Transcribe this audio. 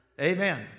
Amen